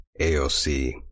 AOC